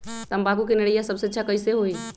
तम्बाकू के निरैया सबसे अच्छा कई से होई?